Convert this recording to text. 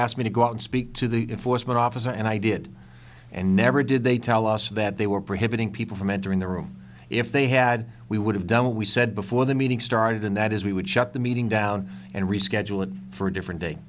asked me to go out and speak to the foresman office and i did and never did they tell us that they were prohibited people from entering the room if they had we would have done what we said before the meeting started and that is we would shut the meeting down and reschedule it for a different day